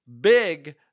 big